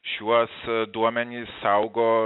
šiuos duomenis saugo